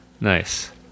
nice